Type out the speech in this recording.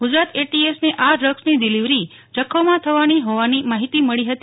ગુજરાત એટીએસને આ ડ્રગ્સની ડિલીવરી જખૌમાં થવાની હોવાની માહિતી મળી હતી